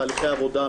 תהליכי עבודה,